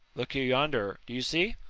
look you yonder, do you see?